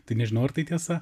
tai nežinau ar tai tiesa